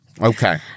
Okay